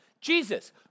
Jesus